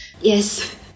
yes